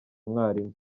umwarimu